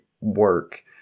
work